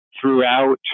throughout